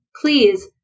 please